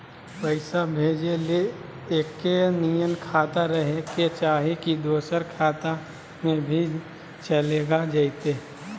पैसा भेजे ले एके नियर खाता रहे के चाही की दोसर खाता में भी चलेगा जयते?